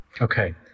Okay